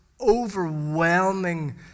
overwhelming